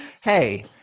Hey